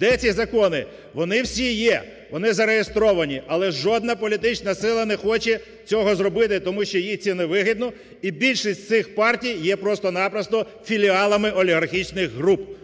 Де ці закони? Вони всі є, вони зареєстровані, але жодна політична сила не хоче цього зробити, тому що їй це не вигідно і більшість з цих партій є просто-на-просто філіалами олігархічних груп,